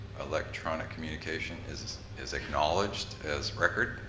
electronic communication is is acknowledged as record,